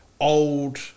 old